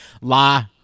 La